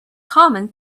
common